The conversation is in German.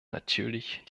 natürlich